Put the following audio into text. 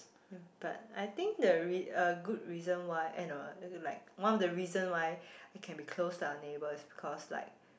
but I think the re~ a good reason why eh no like one of the reason why we can be close to our neighbour is because like